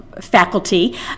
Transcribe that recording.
faculty